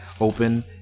open